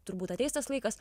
turbūt ateis tas laikas